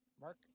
Mark